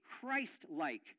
Christ-like